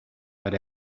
but